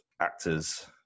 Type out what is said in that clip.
actors